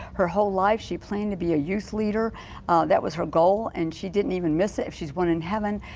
her whole life. she planned to be a youth leader that was her goal and she didn't even miss it if she's one in heaven.